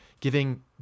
giving